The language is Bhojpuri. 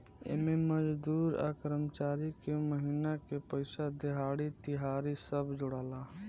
एमे मजदूर आ कर्मचारी के महिना के पइसा, देहाड़ी, तिहारी सब जोड़ाला